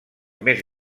més